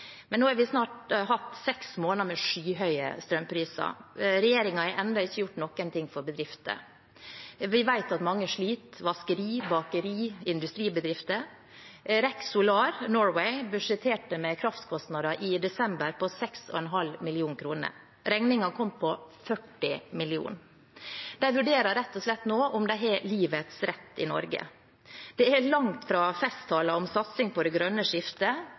Nå har vi snart hatt seks måneder med skyhøye strømpriser. Regjeringen har ennå ikke gjort noen ting for bedrifter. Vi vet at mange sliter: vaskeri, bakeri, industribedrifter. REC Solar Norway budsjetterte med kraftkostnader i desember på 6,5 mill. kr. Regningen kom på 40 mill. kr. De vurderer nå rett og slett om de har livets rett i Norge. Det er langt fra festtaler om satsing på det grønne skiftet